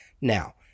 Now